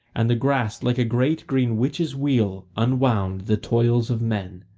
and the grass, like a great green witch's wheel, unwound the toils of men.